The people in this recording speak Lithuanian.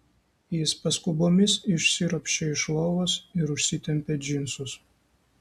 jis paskubomis išsiropščia iš lovos ir užsitempia džinsus